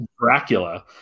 Dracula